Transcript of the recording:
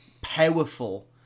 powerful